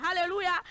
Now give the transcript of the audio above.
Hallelujah